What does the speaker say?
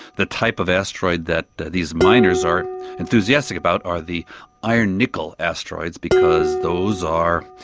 the type of asteroid that these miners are enthusiastic about are the iron nickel asteroids because those are,